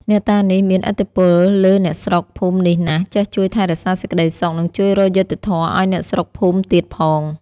អ្នកតានេះ មាន ឥទ្ធិពលលើអ្នកស្រុកភូមិនេះណាស់ ចេះជួយថែរក្សាសេចក្តីសុខ និងជួយរកយុត្តិធម៌ឲ្យអ្នកស្រុកភូមិទៀត ផង ។